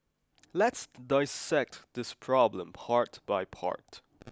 let's dissect this problem part by part